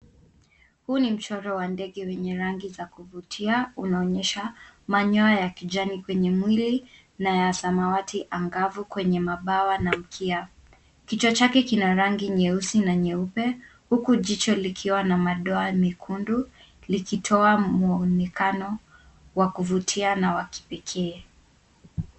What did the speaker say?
Huu ni mchoro wa ndege wenye rangi za kuvutia unaonyesha manyoa ya kijani kwenye mwili na ya samawati angavu kwenye mabawa na mkia. Kichwa chake kina rangi nyeusi na nyeupe, huku jicho likiwa na madoa mekundu likitoa mwonekano wa kuvutia na wakipekee.